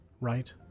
right